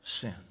sin